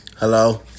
Hello